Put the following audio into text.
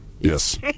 Yes